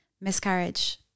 miscarriage